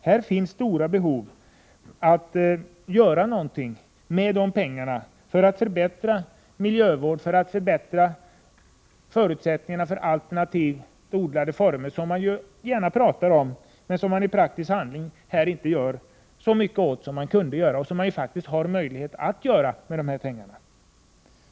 Det finns stora behov av dessa pengar för att kunna göra någonting för att förbättra miljövården och för att förbättra förutsättningarna för alternativa odlingsformer, som regeringen gärna pratar om men i praktisk handling inte gör så mycket åt som man borde och som man faktiskt har möjlighet att göra, med de här pengarna.